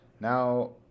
Now